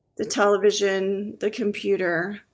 the television, the computer,